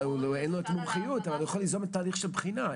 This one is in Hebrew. אין לו את המומחיות אבל הוא יכול ליזום תהליך של בחינה,